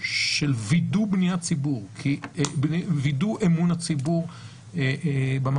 של וידוא אמון הציבור במערכת,